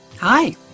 Hi